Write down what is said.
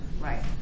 Right